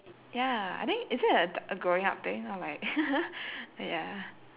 ya I think is that a t~ growing up thing or like ya